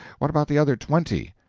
what about the other twenty?